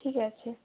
ঠিক আছে